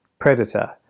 predator